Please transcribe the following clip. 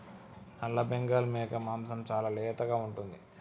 నల్లబెంగాల్ మేక మాంసం చాలా లేతగా ఉంటుంది